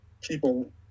People